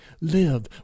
live